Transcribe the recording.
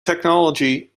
technology